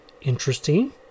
Interesting